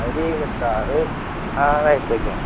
ഇരുപത്തി ആറ് ആ വയസ്സൊക്കെയാണ്